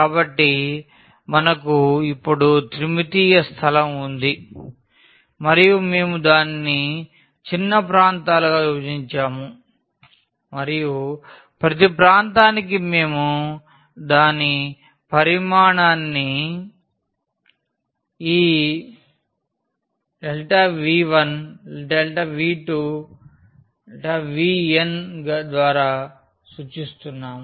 కాబట్టి మనకు ఇప్పుడు త్రిమితీయ స్థలం ఉంది మరియు మేము దానిని చిన్న ప్రాంతాలుగా విభజించాము మరియు ప్రతి ప్రాంతానికి మేము దాని పరిమాణాన్ని ఈ V1 δV2 δVn ద్వారా సూచిస్తున్నాము